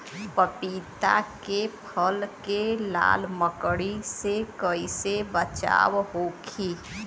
पपीता के फल के लाल मकड़ी से कइसे बचाव होखि?